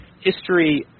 history